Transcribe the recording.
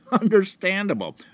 Understandable